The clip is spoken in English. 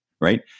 right